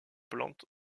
plantes